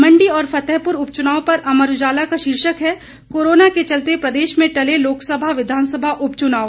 मंडी और फतेहपुर उपचुनाव पर अमर उजाला का शीर्षक है कोरोना के चलते प्रदेश में टले लोकसभा विधानसभा उपचुनाव